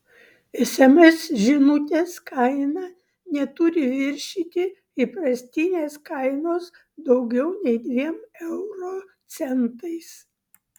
sms žinutės kaina neturi viršyti įprastinės kainos daugiau nei dviem euro centais